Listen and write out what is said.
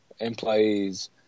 employees